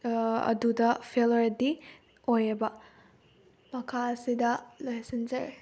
ꯑꯗꯨꯗ ꯐꯦꯜ ꯑꯣꯏꯔꯗꯤ ꯑꯣꯏꯌꯦꯕ ꯃꯈꯥꯁꯤꯗ ꯂꯣꯏꯁꯤꯟꯖꯔꯦ